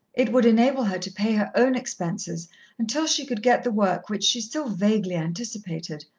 it would enable her to pay her own expenses until she could get the work which she still vaguely anticipated,